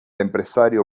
empresario